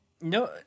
no